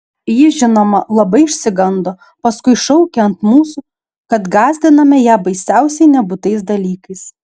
ji žinoma labai išsigando paskui šaukė ant mūsų kad gąsdiname ją baisiausiai nebūtais dalykais